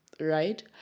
right